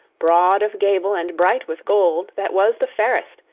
broad of gable and bright with gold that was the fairest,